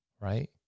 right